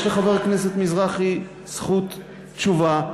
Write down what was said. יש לחבר הכנסת מזרחי זכות תשובה,